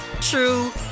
true